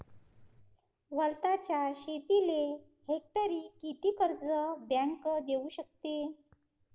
वलताच्या शेतीले हेक्टरी किती कर्ज बँक देऊ शकते?